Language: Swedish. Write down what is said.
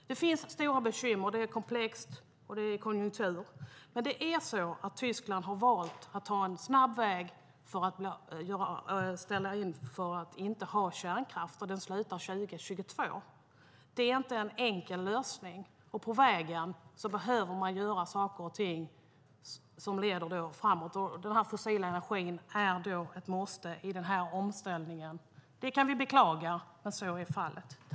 Det finns stora bekymmer. Detta är komplext, och det handlar om konjunkturer. Men Tyskland har valt att ta en snabb väg för att ställa om från kärnkraften, och detta slutar 2022. Det är inte någon enkel lösning. På vägen behöver man göra saker och ting som leder framåt, och den fossila energin är ett måste i omställningen. Vi kan beklaga att så är fallet.